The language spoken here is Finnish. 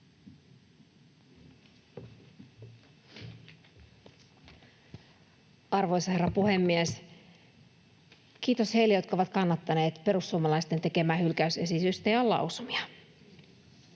Arvoisa herra puhemies! Kiitos heille, jotka ovat kannattaneet perussuomalaisten tekemää hylkäysesitystä ja lausumia.